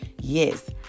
Yes